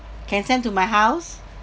can send to my house